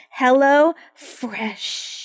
HelloFresh